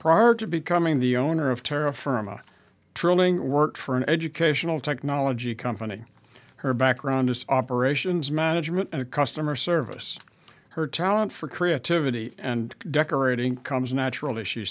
prior to becoming the owner of terra firma trilling work for an educational technology company her background of operations management and a customer service her talent for creativity and decorating comes naturally she